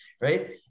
Right